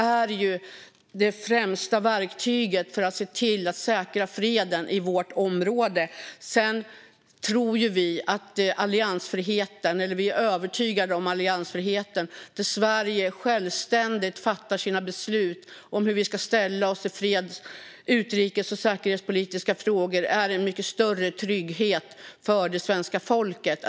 Det är det främsta verktyget för att se till att säkra freden i vårt område. Sedan är vi övertygade om att alliansfriheten där Sverige självständigt fattar sina beslut om hur vi ska ställa oss i freds, utrikes och säkerhetspolitiska frågor är en mycket större trygghet för det svenska folket.